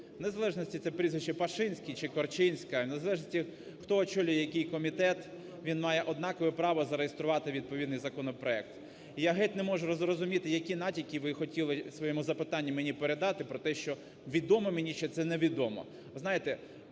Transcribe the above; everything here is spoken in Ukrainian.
залежності, це прізвище Пашинський чи Корчинська, вне залежності, хто очолює який комітет, він має однакове право зареєструвати цей законопроект. І я геть не можу зрозуміти, які натяки ви хотіли у своєму запитанні мені передати про те, відомо мені чи це не відомо.